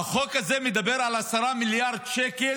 החוק הזה מדבר על 10 מיליארדי שקלים